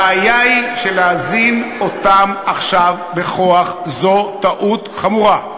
הבעיה היא שלהזין אותם עכשיו בכוח זו טעות חמורה.